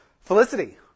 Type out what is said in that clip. Felicity